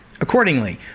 Accordingly